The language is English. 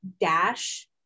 Dash